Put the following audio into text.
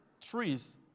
trees